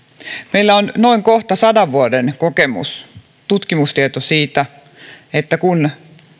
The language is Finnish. meillä on kohta noin sadan vuoden kokemus tutkimustieto siitä että kun